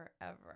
Forever